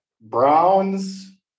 Browns